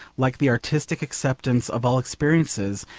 like the artistic, acceptance of all experiences,